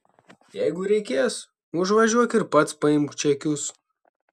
jeigu reikės užvažiuok ir pats paimk čekius